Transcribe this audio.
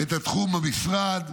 את התחום במשרד,